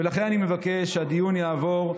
לכן אני מבקש שהדיון יעבור,